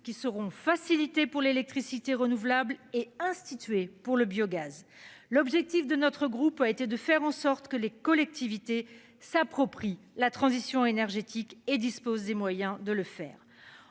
qui seront facilités pour l'électricité renouvelable est institué pour le biogaz. L'objectif de notre groupe a été de faire en sorte que les collectivités s'approprie la transition énergétique et dispose des moyens de le faire.